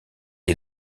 est